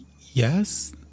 Yes